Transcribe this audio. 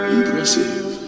Impressive